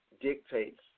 dictates